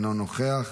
אינו נוכח,